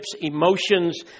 emotions